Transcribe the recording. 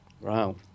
wow